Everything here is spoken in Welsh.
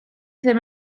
ddim